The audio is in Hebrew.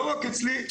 לא רק אצלי,